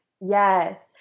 Yes